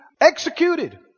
executed